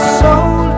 soul